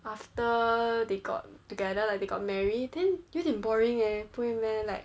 after they got together like they got married then 有一点 boring eh 不会 meh like